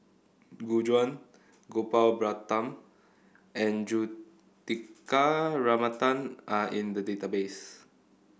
Gu Juan Gopal Baratham and Juthika Ramanathan are in the database